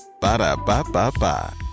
Ba-da-ba-ba-ba